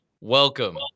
welcome